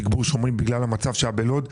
תגבור שומרים בגלל המצב שהיה בלוד.